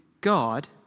God